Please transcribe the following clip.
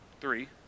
three